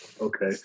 Okay